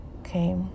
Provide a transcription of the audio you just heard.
Okay